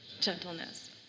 Gentleness